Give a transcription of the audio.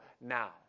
now